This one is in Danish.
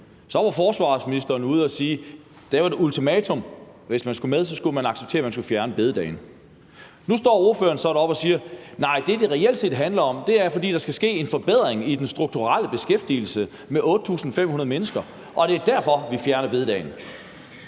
Så var forsvarsministeren ude at sige, at det jo var et ultimatum, og at man, hvis man skulle være med, skulle acceptere, at man skulle fjerne bededagen. Nu står ordføreren så deroppe og siger, at nej, det, som det reelt set handler om, er, at der skal ske en forbedring i den strukturelle beskæftigelse med 8.500 mennesker, og at det er derfor, man fjerner bededagen.